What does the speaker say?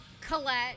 Colette